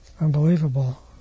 unbelievable